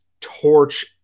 torch